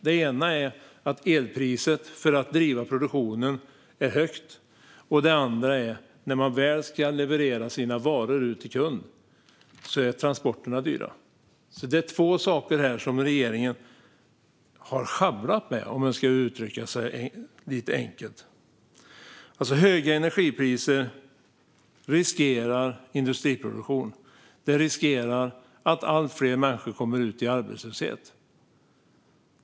Det ena är att elpriset för att driva produktionen är högt. Det andra är att när man väl ska leverera sina varor ut till kund är transporterna dyra. Det är två saker som regeringen har sjabblat med, om man ska uttrycka sig lite enkelt. Höga energipriser riskerar industriproduktion. Det riskerar att allt fler människor kommer ut i arbetslöshet.